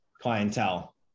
clientele